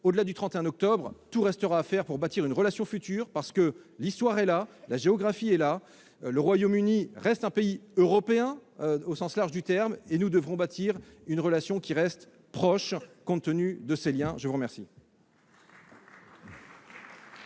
Au-delà du 31 octobre prochain, tout restera à faire pour bâtir une relation future. L'histoire est là, la géographie est là : le Royaume-Uni reste un pays européen, au sens large du terme, et nous devrons bâtir une relation qui reste proche, compte tenu de ces liens. La parole